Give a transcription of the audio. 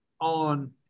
on